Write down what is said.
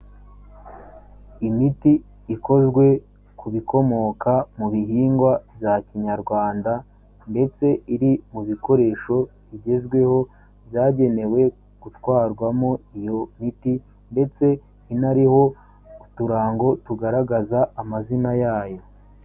Imiti ikozwe ku bikomoka mu bihingwa bya kinyarwanda ndetse iri mu bikoresho bigezweho zagenewe gutwarwamo iyo miti ndetse inariho uturango tugaragaza amazina yayo.